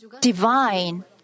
divine